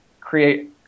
create